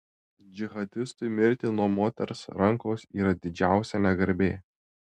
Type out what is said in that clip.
džihadistui mirti nuo moters rankos yra didžiausia negarbė